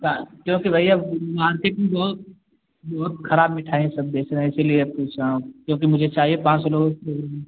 का क्योंकि भैया मार्केट में बहुत बहोत खराब मिठाइयाँ सब बेच रहें इसलिए पूछ रहा हूँ क्योंकि मुझे चाहिए पाँच सौ लोगों के लिए